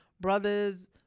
brothers